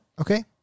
Okay